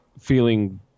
feeling